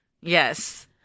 Yes